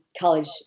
college